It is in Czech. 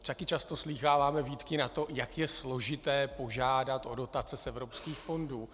Taky často slýcháváme výtky na to, jak je složité požádat o dotace z evropských fondů.